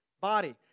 body